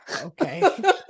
okay